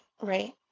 Right